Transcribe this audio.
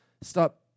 stop